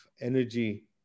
energy